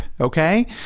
okay